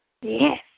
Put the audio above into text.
Yes